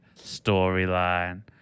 storyline